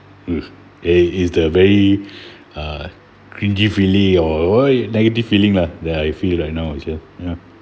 mm it is the very uh cringe feeling or what negative feeling lah that I feel right now is ya ya